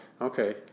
okay